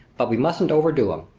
but we mustn't overdo em,